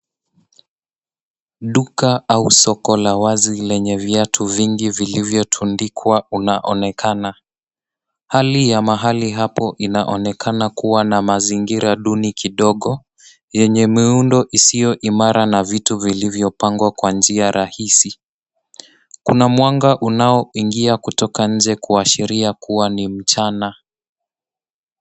Duka au soko la wazi lenye viatu vingi vilivyo tundikwa unaonekana. Hali ya mahali hapo inaonekana kuwa na mazingira duni kidogo, yenye miundo isio imara na vitu vilivyo pangwa kwa njia rahisi. Kuna mwanga unao ingia kutoka nje kuashiria kuwa ni mchana.